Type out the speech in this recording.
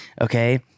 Okay